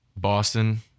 Boston